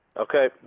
Okay